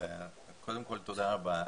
קודם כל תודה רבה,